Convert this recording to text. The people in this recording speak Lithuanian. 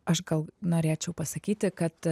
aš gal norėčiau pasakyti kad